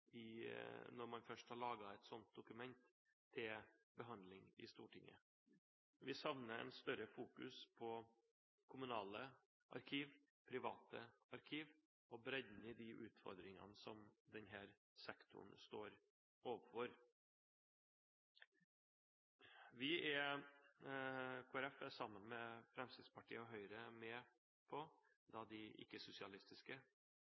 når man først har laget et slikt dokument til behandling i Stortinget. Vi savner et større fokus på kommunale arkiv, private arkiv og bredden i de utfordringene som denne sektoren står overfor. Kristelig Folkeparti er sammen med Fremskrittspartiet og Høyre – de ikke-sosialistiske partiene – med på